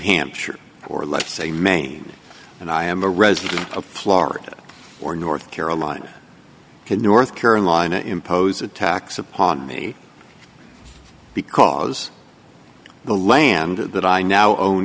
hampshire or let's say maine and i am a resident of florida or north carolina and north carolina impose a tax upon me because the land that i now own